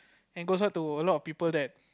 and goes out to a lot of people that